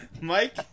Mike